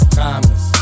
timeless